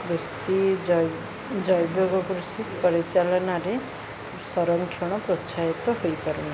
କୃଷି ଜୈବିକ କୃଷି ପରିଚାଳନାରେ ସଂରକ୍ଷଣ ପ୍ରୋତ୍ସାହିତ ହୋଇପାରୁନାହିଁ